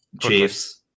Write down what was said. Chiefs